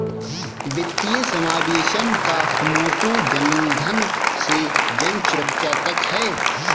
वित्तीय समावेशन का मोटो जनधन से जनसुरक्षा तक है